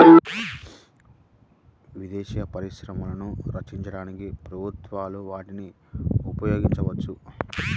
దేశీయ పరిశ్రమలను రక్షించడానికి ప్రభుత్వాలు వాటిని ఉపయోగించవచ్చు